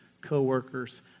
co-workers